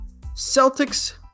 Celtics